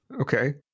Okay